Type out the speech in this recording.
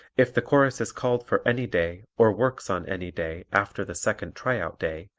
if the chorus is called for any day, or works on any day, after the second tryout day,